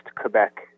Quebec